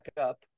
up